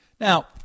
Now